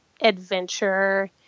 adventure